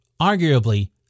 arguably